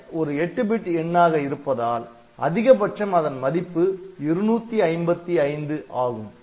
'x' ஒரு 8 bit எண்ணாக இருப்பதால் அதிகபட்சம் அதன் மதிப்பு 255 ஆகும்